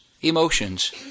emotions